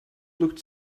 looked